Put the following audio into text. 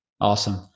awesome